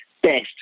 best